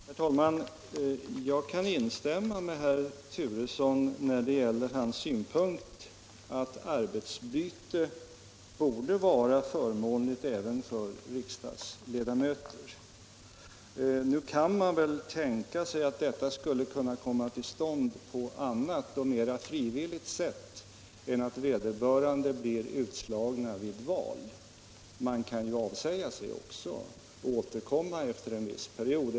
Herr talman! Jag kan instämma med herr Turesson i hans synpunkt att arbetsbyte borde vara förmånligt även för riksdagsledamöter. Nu är det väl tänkbart att detta skulle kunna komma till stånd på annat och mera frivilligt sätt än genom att vederbörande blir utslagen vid val. Man kan ju avsäga sig och återkomma efter en viss period.